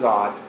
God